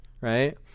right